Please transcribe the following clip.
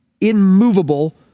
immovable